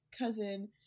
cousin